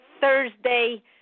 Thursday